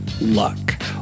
luck